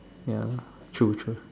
ya true true